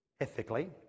ethically